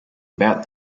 about